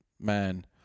man